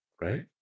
Right